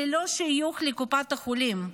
ללא שיוך לקופת החולים.